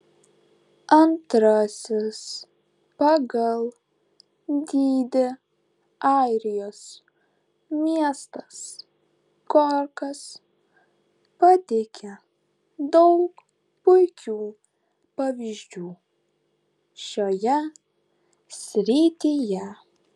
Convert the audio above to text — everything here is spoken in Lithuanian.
antrasis pagal dydį airijos miestas korkas pateikia daug puikių pavyzdžių šioje srityje